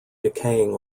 decaying